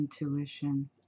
Intuition